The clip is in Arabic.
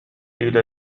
إلى